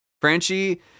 Franchi